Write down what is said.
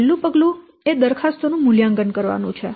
છેલ્લું પગલું એ દરખાસ્તો નું મૂલ્યાંકન કરવાનું છે